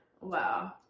Wow